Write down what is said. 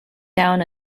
down